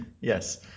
yes